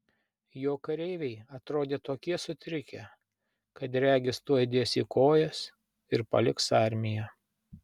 jo kareiviai atrodė tokie sutrikę kad regis tuoj dės į kojas ir paliks armiją